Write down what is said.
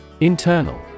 Internal